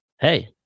Hey